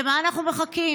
למה אנחנו מחכים?